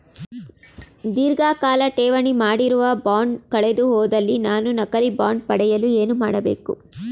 ಧೀರ್ಘಕಾಲ ಠೇವಣಿ ಮಾಡಿರುವ ಬಾಂಡ್ ಕಳೆದುಹೋದಲ್ಲಿ ನಾನು ನಕಲಿ ಬಾಂಡ್ ಪಡೆಯಲು ಏನು ಮಾಡಬೇಕು?